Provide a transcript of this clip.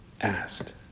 asked